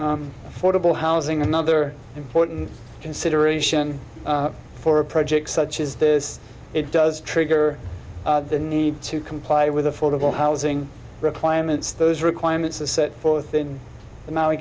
affordable housing another important consideration for a project such as this it does trigger the need to comply with affordable housing requirements those requirements set forth in